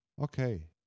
okay